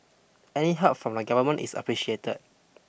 any help from the Government is appreciated